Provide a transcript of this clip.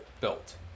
built